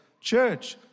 church